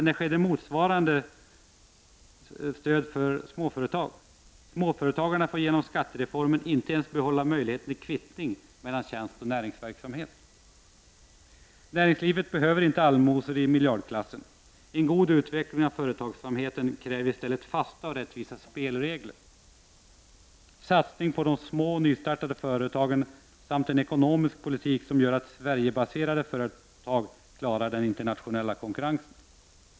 När skedde motsvarande för ett litet företag? Småföretagarna får genom skattereformen inte ens behålla möjligheten till kvittning mellan tjänst och näringsverksamhet. Näringslivet behöver inte allmosor i miljardklassen. En god utveckling av företagsamheten kräver i stället fasta och rättvisa spelregler, satsning på de små och nystartade företagen samt en ekonomisk politik som gör att Sverigebaserade företag klarar den internationella konkurrensen.